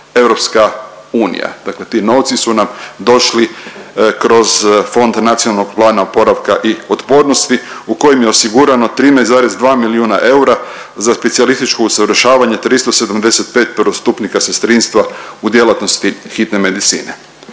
Europska unija. Dakle ti novci su nam došli kroz Fond nacionalnog plana oporavka i otpornosti u kojem je osigurano 13,2 milijuna eura za specijalističko usavršavanje 375 prvostupnika sestrinstva u djelatnosti hitne medicine.